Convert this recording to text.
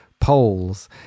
poles